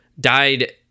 died